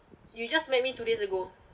you just met me two days ago